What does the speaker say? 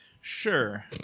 Sure